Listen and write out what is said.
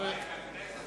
מצביעה סופה